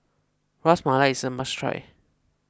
Ras Malai is a must try